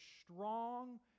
strong